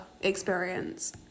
experience